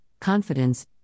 confidence